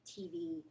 TV